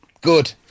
Good